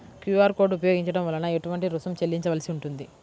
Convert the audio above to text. QR code ఉపయోగించటం వలన ఏటువంటి రుసుం చెల్లించవలసి ఉంటుంది?